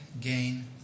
gain